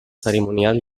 cerimonial